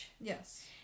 Yes